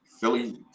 Philly